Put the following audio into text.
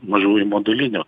mažųjų modulinių